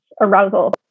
arousal